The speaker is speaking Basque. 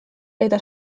eta